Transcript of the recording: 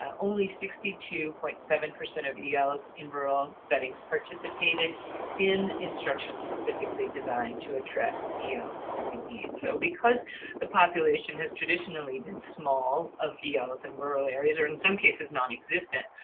um only sixty two point seven percent of els in rural settings participated in instruction specifically designed to address els' learning needs. so because the population has traditionally been small of yeah els in rural areas or in some cases, non-existent,